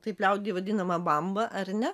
taip liaudyje vadinama bamba ar ne